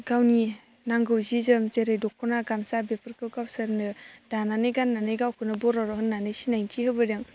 गावनि नांगौ जि जोम जेरै दख'ना गामसा बेफोरखौ गावसोरनो दानानै गाननानै गावखौनो बर' होननानै सिनायथि होबोदों